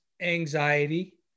anxiety